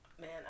Man